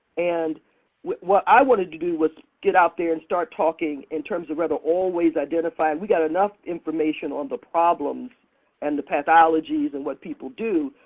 and what i wanted to do was get out there and start talking in terms of whether always identifying we got enough information on the problem and the pathology and what people do,